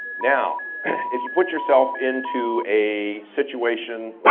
now if you put yourself into a situation,